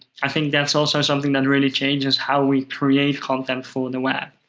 i think that's also something that really changes how we create content for the web.